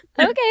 okay